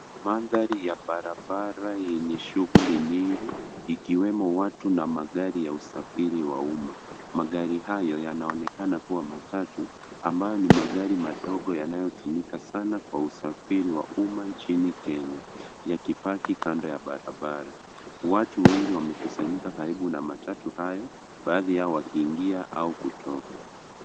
Mandhari ya barabara yenye shughuli nyingi ikiwemo watu na magari ya usafiri wa umma. Magari hayo yanaonekana kuwa matatu ambayo ni magari madogo yanayotumika sana kwa usafiri wa umma nchini Kenya yakipaki kando ya barabara. Watu wengi wamekusanyika karibu na matatu hayo, baadhi yao wakiingia au kutoka.